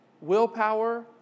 willpower